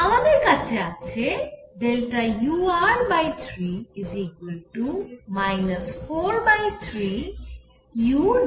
আমাদের কাছে আছে ur3 4u3r